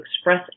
express